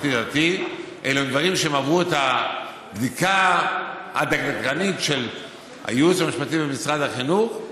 אלה הם דברים שעברו את הבדיקה הדקדקנית של הייעוץ המשפטי במשרד החינוך.